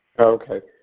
okay,